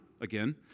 again